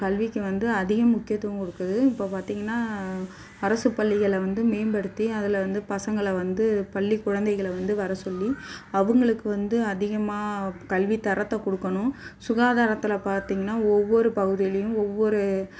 கல்விக்கு வந்து அதிக முக்கியத்துவம் கொடுக்குது இப்போ பார்த்தீங்கன்னா அரசுப் பள்ளிகளை வந்து மேம்படுத்தி அதில் வந்து பசங்களை வந்து பள்ளிக் குழந்தைகளை வந்து வர சொல்லி அவங்களுக்கு வந்து அதிகமாக கல்வி தரத்தை கொடுக்கணும் சுகாதாரத்தில் பார்த்தீங்கன்னா ஒவ்வொரு பகுதியிலேயும் ஒவ்வொரு